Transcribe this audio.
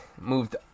moved